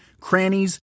crannies